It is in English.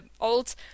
old